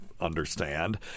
understand